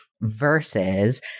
versus